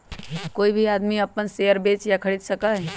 कोई भी आदमी अपन शेयर बेच या खरीद सका हई